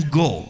go